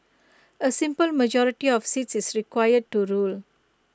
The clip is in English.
A simple majority of seats is required to rule